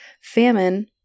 famine